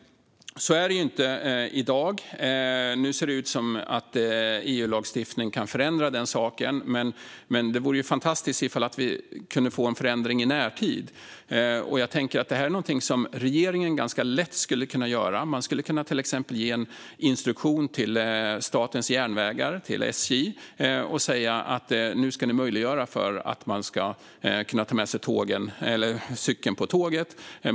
Så är det ju inte i dag. Nu ser det ut som att EU-lagstiftning kan förändra den saken. Men det vore ju fantastiskt om vi kunde få en förändring i närtid. Jag tänker att det här är någonting som regeringen ganska lätt skulle kunna ordna. Man skulle till exempel kunna ge en instruktion till Statens järnvägar, SJ, och säga: Nu ska ni möjliggöra att ta med sig cykeln på tåget.